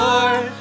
Lord